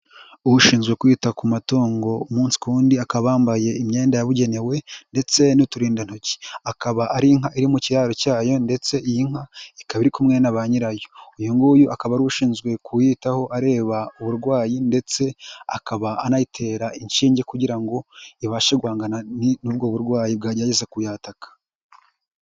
Ushinzwe kwita ku matungo umunsi kundi wundi, akaba yambaye imyenda yabugenewe ndetse n'uturindantoki, akaba ari inka iri mu kiraro cyayo ndetse iy'inka ikaba iri kumwe na ba nyirayo. uyu nguyu akaba ari ushinzwe kuyitaho areba uburwayi ndetse akaba anayitera inshinge kugira ngo ibashe guhangana n'ubwo burwayi bwagerageza kuyataka.